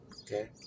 okay